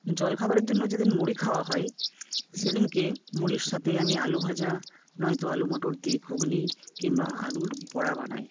জলখাবারের জন্য যেদিন মুড়ি খাওয়া হয় সেদিনকে মুড়ির সাথে আমি আলু ভাজা নয় তো আলু মটর দিয়ে ঘুগনি কিংবা আলুর বড়া বানাই